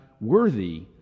worthy